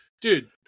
Dude